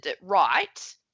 right